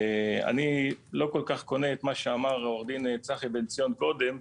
אני לא כל כך קונה את מה שאמר עו"ד צחי בן ציון קודם,